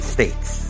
States